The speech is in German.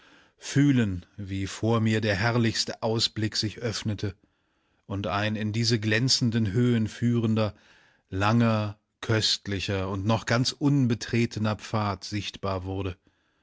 fühlen wie vor mir der herrlichste ausblick sich öffnete und ein in diese glänzenden höhen führender langer köstlicher und noch ganz unbetretener pfad sichtbar wurde